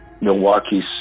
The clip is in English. Milwaukee's